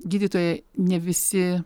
gydytojai ne visi